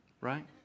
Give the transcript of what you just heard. right